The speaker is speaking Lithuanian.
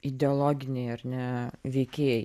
ideologiniai ar ne veikėjai